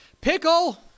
pickle